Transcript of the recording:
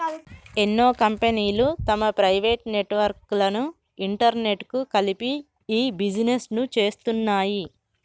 ఎన్నో కంపెనీలు తమ ప్రైవేట్ నెట్వర్క్ లను ఇంటర్నెట్కు కలిపి ఇ బిజినెస్ను చేస్తున్నాయి